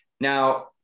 Now